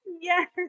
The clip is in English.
Yes